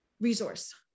resource